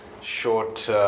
short